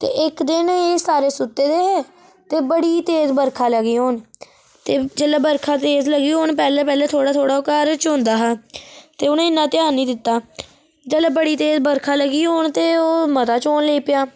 ते इक दिन सारे सुत्ते दे हे ते बड़ी तेज बर्खै लगी होन ते जेल्ले बर्खा तेज लगी होन पैहले पैहले थोह्ड़ा थोह्ड़ा घर चौंदा हा ते उनें इन्ना ध्यान नी दित्ता जेल्लै बड़ी तेज बर्खा लगी होन ते ओह् मता चौन लगी पेआ